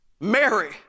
Mary